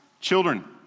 children